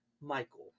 Michael